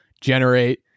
generate